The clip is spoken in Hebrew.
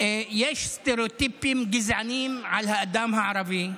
יש סטראוטיפים גזעניים על האדם הערבי.